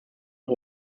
und